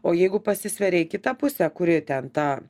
o jeigu pasisveria į kitą pusę kuri ten ta